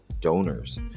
donors